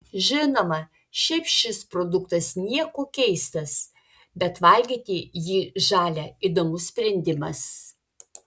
žinoma šiaip šis produktas niekuo keistas bet valgyti jį žalią įdomus sprendimas